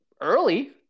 early